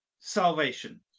salvation